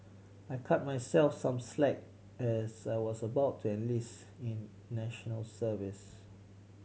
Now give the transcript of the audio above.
I cut myself some slack as I was about to enlist in National Service